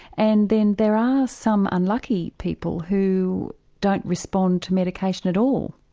and then there are some unlucky people who don't respond to medication at all.